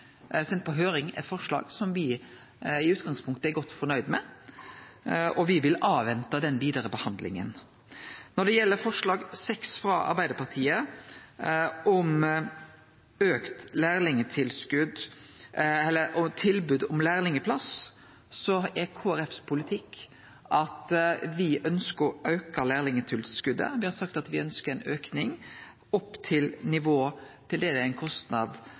som me i utgangspunktet er godt nøgde med, og me vil vente på den vidare behandlinga. Når det gjeld forslag nr. 6, frå Arbeidarpartiet, om tilbod om lærlingplass, har Kristeleg Folkeparti som politikk at me ønskjer å auke lærlingtilskotet. Me har sagt at me ønskjer ein auke opp til nivå